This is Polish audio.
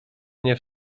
nie